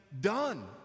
done